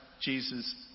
Jesus